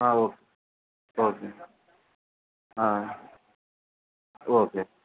okay okay okay